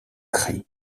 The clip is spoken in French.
cri